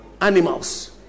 animals